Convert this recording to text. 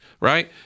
right